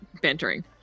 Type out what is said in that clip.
bantering